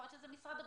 שזה משרד הבריאות,